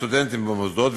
הסטודנטים במוסדות,